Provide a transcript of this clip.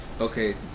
Okay